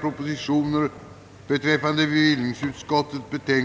Om vi är eniga om målet och vet att medlen måste vara många borde vi väl, herr